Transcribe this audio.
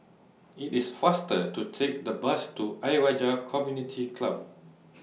IT IS faster to Take The Bus to Ayer Rajah Community Club